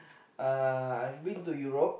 uh I've been to Europe